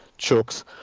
chooks